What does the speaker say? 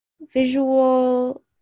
visual